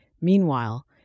Meanwhile